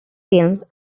films